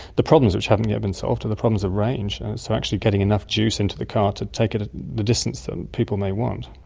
the problems which haven't yet been solved are the problems of range, so actually getting enough juice into the car to take it ah the distance that people may want.